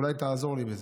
אולי תעזור לי בזה.